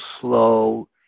slow